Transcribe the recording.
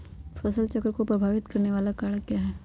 फसल चक्र को प्रभावित करने वाले कारक क्या है?